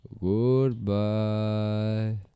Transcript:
Goodbye